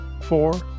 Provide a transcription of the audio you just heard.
four